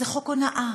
זה חוק הונאה.